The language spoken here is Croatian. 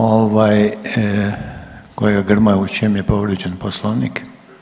Ovaj kolega Grmoja u čem je povrijeđen Poslovnik?